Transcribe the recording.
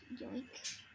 Yoink